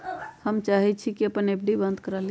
हम चाहई छी कि अपन एफ.डी बंद करा लिउ